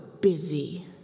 busy